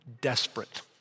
desperate